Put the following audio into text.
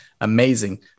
amazing